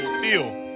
feel